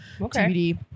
Okay